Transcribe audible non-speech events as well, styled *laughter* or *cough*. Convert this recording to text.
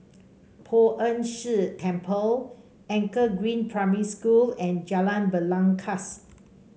*noise* Poh Ern Shih Temple Anchor Green Primary School and Jalan Belangkas